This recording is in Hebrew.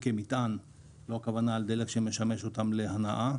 אין הכוונה לדלק שמשמש אותן להנעה.